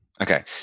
Okay